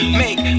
make